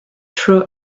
true